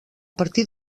partir